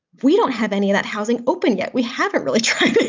we don't have any of that housing open yet. we haven't really tried.